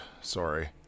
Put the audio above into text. Sorry